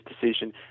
decision